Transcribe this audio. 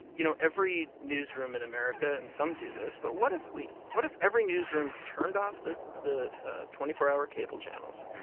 you know, every newsroom in america and some do this but what if we what if every newsroom turned off the the twenty four hour cable channels,